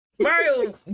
Mario